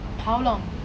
how long